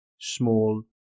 small